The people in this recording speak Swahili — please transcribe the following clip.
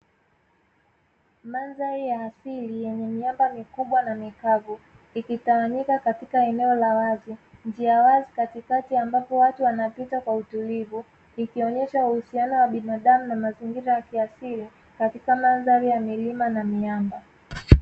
Mandhari ya asili yenye miamba mikubwa na mikavu ikitawanyikakatika eneo la wazi, njiawazi katikati ambapo watu wanapita kwa utulivu ikionyesha uhusiano wa binadamu na mazingira ya kiasili katika mandhari ya milima na miamba.